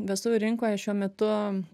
vestuvių rinkoje šiuo metu